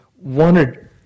wanted